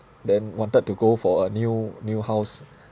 then wanted to go for a new new house